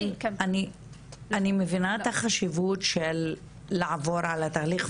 אני מבינה את החשיבות של לעבור על התהליך,